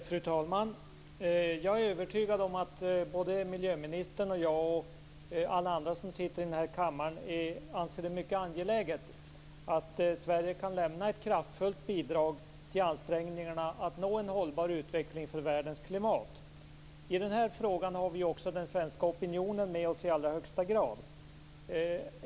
Fru talman! Jag är övertygad om att både miljöministern, jag och alla andra som sitter här i kammaren anser det mycket angeläget att Sverige kan lämna ett kraftfullt bidrag till ansträngningarna att nå en hållbar utveckling för världens klimat. I den här frågan har vi i allra högsta grad den svenska opinionen med oss.